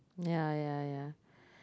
yeah yeah yeah